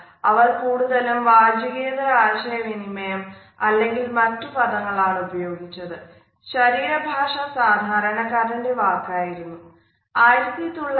അവർ കൂടുതലും വാചികേതര ആശയവിനിമയം അല്ലെങ്കിൽ മറ്റു പദങ്ങൾ ആണ് ഉപയോഗിച്ചത്